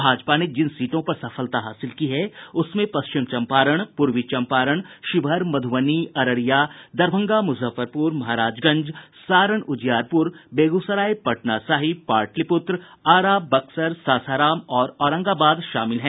भाजपा ने जिन सीटों पर सफलता हासिल की है उसमें पश्चिम चंपारण पूर्वी चंपारण शिवहर मधुबनी अररिया दरभंगा मुजफ्फरपुर महाराजगंज सारण उजियारपुर बेगूसराय पटना साहिब पाटलिपुत्र आरा बक्सर सासाराम और औरंगाबाद शामिल हैं